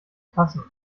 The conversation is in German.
passen